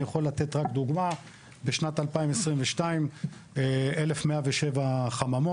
אני יכול לתת רק דוגמה, בשנת 2022, 1,107 חממות,